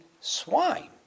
swine